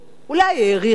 אולי העריכו.